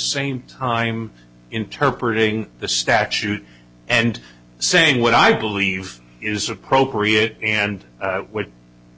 same time interpretating the statute and saying what i believe is appropriate and what